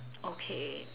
okay